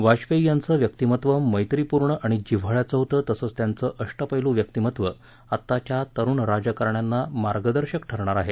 वाजपेयी यांचं व्यक्तिमत्त्व मैत्रीपूर्ण आणि जिव्हाळ्याचं होतं तसंच त्यांचं अष्टपेलू व्यक्तिमत्त्व आत्ताच्या तरुण राजकारणींना मार्गदर्शक ठरणार आहे